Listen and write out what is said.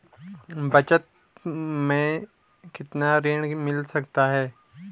बचत मैं कितना ऋण मिल सकता है?